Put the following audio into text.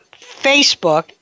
Facebook